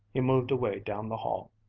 he moved away down the hall.